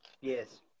Yes